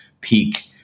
peak